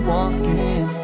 walking